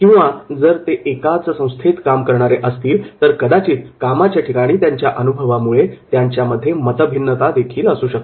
किंवा जर ते एकाच संस्थेत काम करणारे असतील तर कदाचित कामाच्या ठिकाणी त्यांच्या अनुभवामुळे त्यांच्यामध्ये मतभिन्नता देखील असू शकते